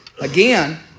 again